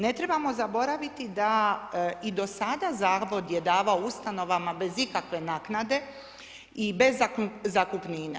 Ne trebamo zaboraviti da i do sada Zavod je davao ustanovama bez ikakve naknade i bez zakupnine.